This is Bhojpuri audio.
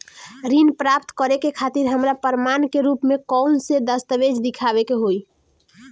ऋण प्राप्त करे के खातिर हमरा प्रमाण के रूप में कउन से दस्तावेज़ दिखावे के होइ?